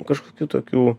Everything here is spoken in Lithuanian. kažkokių tokių